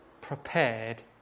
prepared